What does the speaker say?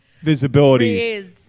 visibility